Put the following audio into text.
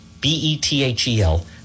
B-E-T-H-E-L